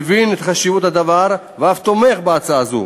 מבין את חשיבות הדבר ואף תומך בהצעה זו,